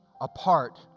apart